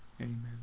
Amen